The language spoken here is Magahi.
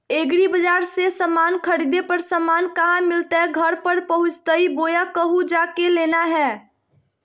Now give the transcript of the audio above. एग्रीबाजार से समान खरीदे पर समान कहा मिलतैय घर पर पहुँचतई बोया कहु जा के लेना है?